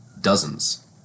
dozens